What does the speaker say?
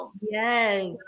Yes